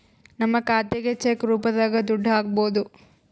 ನಮ್ ಖಾತೆಗೆ ಚೆಕ್ ರೂಪದಾಗ ದುಡ್ಡು ಹಕ್ಬೋದು